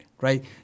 Right